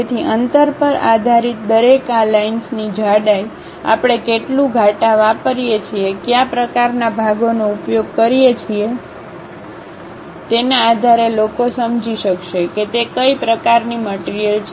તેથી અંતર પર આધારીત દરેક આ લાઈનસ ની જાડાઈ આપણે કેટલું ઘાટા વાપરીએ છીએ કયા પ્રકારનાં ભાગોનો ઉપયોગ કરીએ છીએ તેના આધારે લોકો સમજી શકશે કે તે કઈ પ્રકારની મટીરીયલ છે